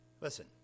Listen